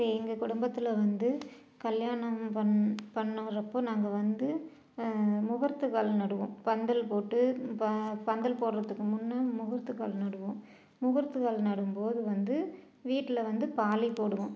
இப்போ எங்கள் குடும்பத்தில் வந்து கல்யாணம் பண் பண்ணுறப்போ நாங்கள் வந்து மூகூர்த்த கால் நடுவோம் பந்தல் போட்டு ப பந்தல் போடுறதுக்கு முன்ன மூகூர்த்த கால் நடுவோம் மூகூர்த்த கால் நடும்போது வந்து வீட்டில் வந்து பாளி போடுவோம்